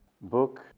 book